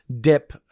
dip